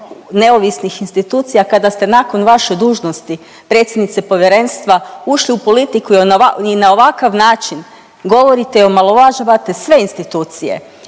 neovisnih institucija kada ste nakon vaše dužnosti predsjednice Povjerenstva ušli u politiku i na ovakav način govorite i omalovažavate sve institucije